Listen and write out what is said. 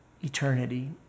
eternity